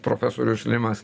profesorius limas